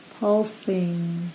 pulsing